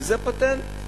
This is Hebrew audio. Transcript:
וזה פטנט.